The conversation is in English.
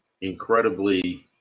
incredibly